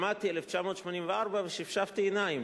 שמעתי "1984" ושפשפתי עיניים.